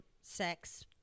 sex